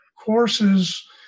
courses